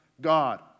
God